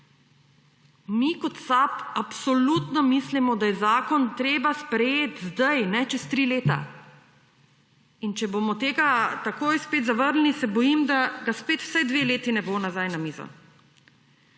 Mi kot SAB absolutno mislimo, da je zakon treba sprejeti zdaj, ne čez tri leta; in če bomo tega takoj spet zavrnili, se bojim, da ga spet vsaj dve leti ne bo nazaj na mizo.